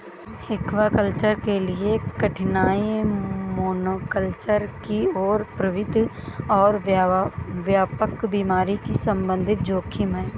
aquaculture के लिए कठिनाई मोनोकल्चर की ओर प्रवृत्ति और व्यापक बीमारी के संबंधित जोखिम है